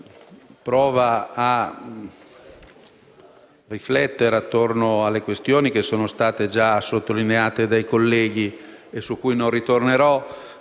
prova a riflettere attorno alle questioni che sono state già sottolineate dai colleghi e su cui non tornerò.